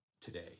today